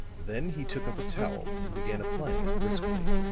then he took up a towel and began applying it briskly.